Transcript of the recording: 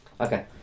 Okay